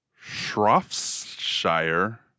Shropshire